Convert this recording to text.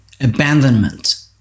abandonment